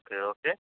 okay okay